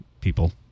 people